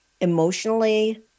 emotionally